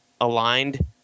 aligned